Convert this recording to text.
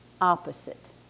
opposite